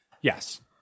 Yes